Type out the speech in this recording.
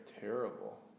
terrible